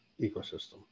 ecosystem